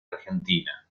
argentina